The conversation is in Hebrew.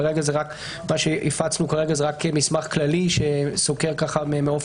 כרגע הפצנו רק מסמך כללי שסוקר ממעוף